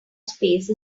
space